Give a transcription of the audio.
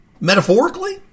metaphorically